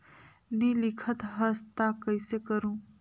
नी लिखत हस ता कइसे करू?